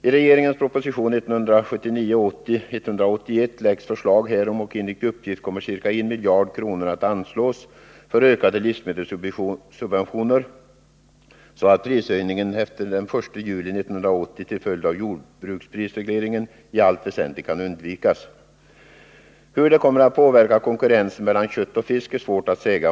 I regeringens proposition 1979/80:181 läggs fram förslag härom, och enligt uppgifter kommer ca 1 miljard kronor att anslås för ökade livsmedelssubventioner, så att en prishöjning den 1 juli 1980 till följd av jordbruksprisregleringen i allt väsentligt kan undvikas. Hur det kommer att påverka konkurrensen mellan kött och fisk är svårt att säga.